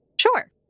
Sure